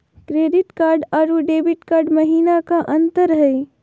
Credit card अरू debit card महिना का अंतर हई?